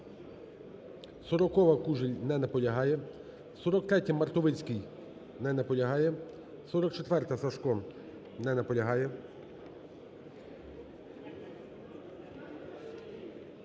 40-а, Кужель. Не наполягає. 43-я, Мартовицький. Не наполягає. 44-а, Сажко. Не наполягає.